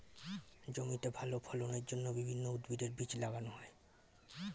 জমিতে ভালো ফলনের জন্য বিভিন্ন উদ্ভিদের বীজ লাগানো হয়